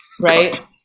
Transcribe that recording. right